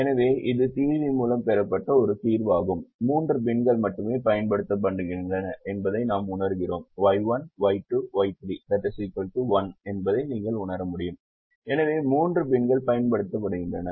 எனவே இது தீர்வி மூலம் பெறப்பட்ட ஒரு தீர்வாகும் 3 பின்கள் மட்டுமே பயன்படுத்தப்படுகின்றன என்பதை நாம் உணர்கிறோம் Y1 Y2 Y3 1 என்பதை நீங்கள் உணர முடியும் எனவே மூன்று பின்கள் பயன்படுத்தப்படுகின்றன